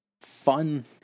fun